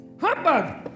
Humbug